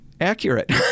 accurate